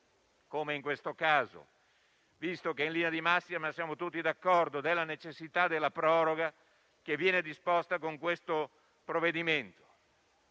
come in questo caso, visto che in linea di massima siamo tutti d'accordo sulla necessità della proroga disposta con questo provvedimento,